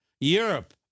Europe